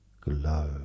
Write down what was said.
glow